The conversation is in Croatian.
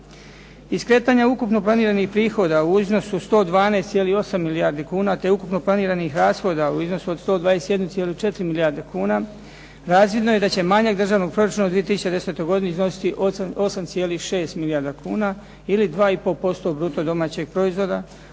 Iz kretanja ukupno planiranih prihoda u iznos od 112,8 milijardi kuna te ukupno planiranih rashoda u iznosu od 121,4 milijarde kuna razvidno je da će manjak Državnog proračuna u 2010. godini iznositi 8,6 milijardi kuna ili 2,5% bruto domaćeg proizvoda